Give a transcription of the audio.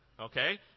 Okay